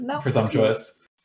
presumptuous